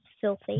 filthy